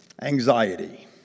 anxiety